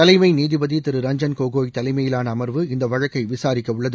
தலைமை நீதிபதி திரு ரஞ்சன் கோகோய் தலைமையிலான அமர்வு இந்த வழக்கை விசாரிக்கவுள்ளது